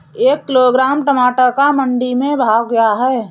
एक किलोग्राम टमाटर का मंडी में भाव क्या है?